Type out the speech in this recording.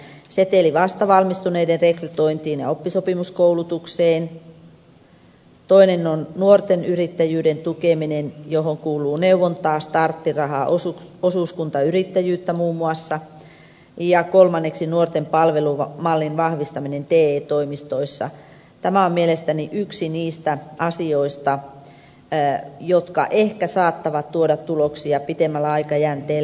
ensimmäiseksi seteli vastavalmistuneiden rekrytointiin ja oppisopimuskoulutukseen toiseksi nuorten yrittäjyyden tukeminen johon kuuluu muun muassa neuvontaa starttirahaa osuuskuntayrittäjyyttä ja kolmanneksi nuorten palvelumallin vahvistaminen te toimistoissa joka on mielestäni yksi niistä asioista jotka ehkä saattavat tuoda tuloksia pitemmällä aikajänteellä